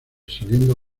saliendo